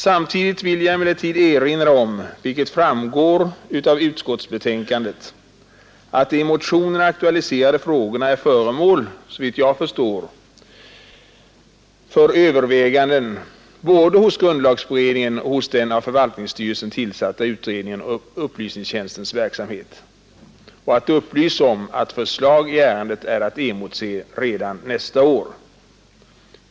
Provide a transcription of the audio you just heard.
Samtidigt vill jag emellertid erinra om att, vilket framgår av utskottsbetänkandet, de i motionerna aktualiserade frågorna är föremål för överväganden både hos grundlagberedningen och hos den av förvaltningsstyrelsen tillsatta utredningen om upplysningstjänstens verksamhet. Det har vidare upplysts om att förslag i ärendet är att emotse redan nästa år.